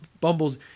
bumbles